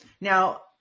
now